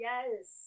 Yes